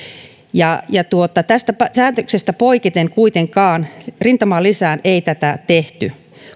tästä päätöksestä poiketen kuitenkaan rintamalisään ei tätä tehty